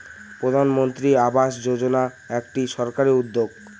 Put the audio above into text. প্রধানমন্ত্রী আবাস যোজনা একটি সরকারি উদ্যোগ